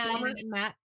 Matt